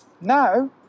now